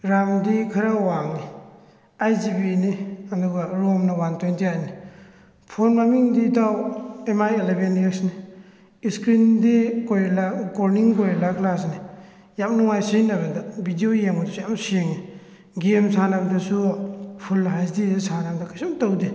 ꯔꯥꯝꯗꯤ ꯈꯔ ꯋꯥꯡꯉꯤ ꯑꯩꯠ ꯖꯤꯕꯤꯅꯤ ꯑꯗꯨꯒ ꯔꯣꯝꯅ ꯋꯥꯟ ꯇ꯭ꯋꯦꯟꯇꯤ ꯑꯩꯠꯅꯤ ꯐꯣꯟ ꯃꯃꯤꯡꯗꯤ ꯏꯇꯥꯎ ꯑꯦꯝ ꯃꯥꯏ ꯏꯂꯚꯦꯟ ꯑꯦꯛꯁꯅꯤ ꯁ꯭ꯀ꯭ꯔꯤꯟꯗꯤ ꯒꯣꯔꯤꯂꯥ ꯀꯣꯔꯅꯤꯡ ꯒꯣꯔꯤꯂꯥ ꯒ꯭ꯂꯥꯁꯅꯦ ꯌꯥꯝ ꯅꯨꯡꯉꯥꯏ ꯁꯤꯖꯟꯅꯕꯗ ꯕꯤꯗꯑꯣ ꯌꯦꯡꯕꯁꯨ ꯌꯥꯝ ꯁꯦꯡꯉꯤ ꯒꯦꯝ ꯁꯥꯟꯅꯕꯗꯁꯨ ꯐꯨꯜ ꯑꯩꯁ ꯗꯤꯗ ꯁꯥꯟꯅꯕꯗ ꯀꯩꯁꯨꯝ ꯇꯧꯗꯦ